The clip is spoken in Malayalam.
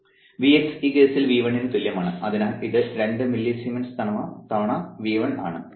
Vx ഈ കേസിൽ V1 ന് തുല്യമാണ് അതിനാൽ ഇത് 2 മില്ലിസീമെൻസ് തവണ V1 ആണ്